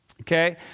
okay